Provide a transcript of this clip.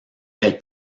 elle